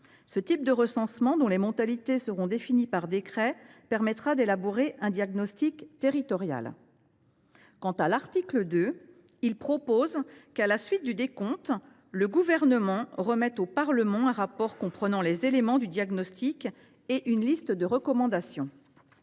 Ce type de recensement, dont les modalités seront définies par décret, permettra d’élaborer un diagnostic territorial. Quant à l’article 2, il a pour objet que, à la suite du décompte, le Gouvernement remette au Parlement un rapport comprenant le diagnostic et une liste de recommandations.